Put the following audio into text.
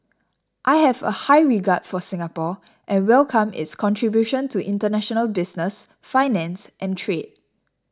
I have a high regard for Singapore and welcome its contribution to international business finance and trade